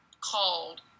called